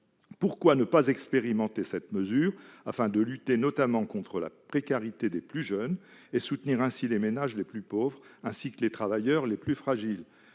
Pourquoi ne pas expérimenter cette mesure afin de lutter notamment contre la précarité des plus jeunes et soutenir les ménages les plus pauvres et les travailleurs les plus fragiles ?